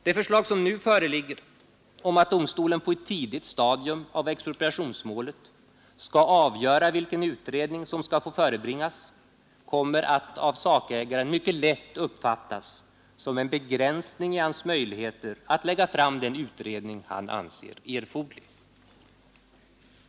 Det förslag som nu föreligger om att domstolen på ett tidigt stadium av expropriationsmålet skall avgöra vilken utredning som skall få förebringas kommer av sakägaren mycket lätt att uppfattas som en begränsning i hans möjligheter att lägga fram den utredning han anser erforderlig.